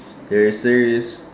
you're serious